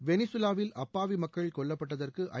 வெனிசுலாவில் அப்பாவி மக்கள் கொல்லப்பட்டதற்கு ஐ